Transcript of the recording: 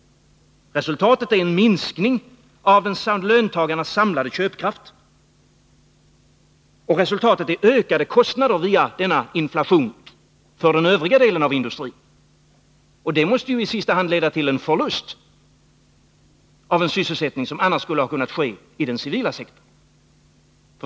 Resultatet är en minskning av löntagarnas samlade köpkraft. Resultatet är ökade kostnader via denna inflation för den övriga delen av industrin. Detta måste i sista hand leda till en förlust av en sysselsättning som annars skulle ha funnits inom den civila sektorn.